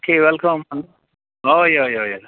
okay welcome हय हय हय